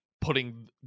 putting